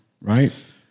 right